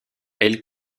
elle